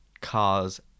cars